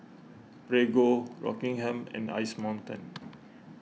Prego Rockingham and Ice Mountain